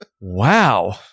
Wow